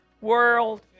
world